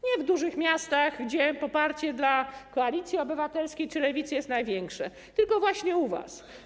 Nie w dużych miastach, gdzie poparcie dla Koalicji Obywatelskiej czy Lewicy jest największe, tylko właśnie u was.